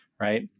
right